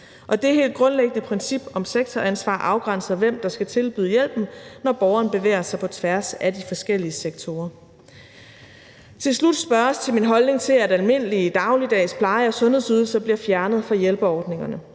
det helt grundlæggende princip om sektoransvar afgrænser, hvem der skal tilbyde hjælpen, når borgeren bevæger sig på tværs af de forskellige sektorer. Til slut spørges til min holdning til, at almindelige dagligdags pleje- og sundhedsydelser bliver fjernet fra hjælpeordningerne.